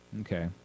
Okay